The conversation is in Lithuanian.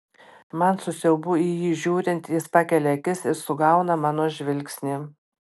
man su siaubui į jį žiūrint jis pakelia akis ir sugauna mano žvilgsnį